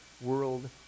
world